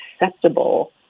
acceptable